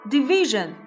Division